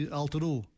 alterou